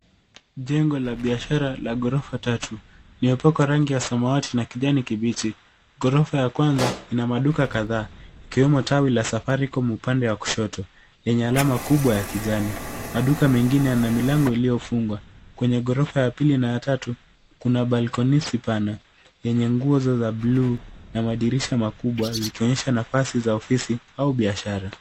Jengo la biashara la ghorofa tatu. Limepakwa rangi ya samawati na kijani kibichi. Ghorofa ya kwanza ina maduka kadhaa, ikiwemo tawi la Safaricom upande wa kushoto lenye alama kubwa ya kijani. Maduka mengine yana milango iliyofungwa. Kwenye ghorofa ya pili na ya tatu, kuna balconies pana yenye nguzo za buluu na madirisha makubwa, zikionyesha nafasi za ofisi au biashara.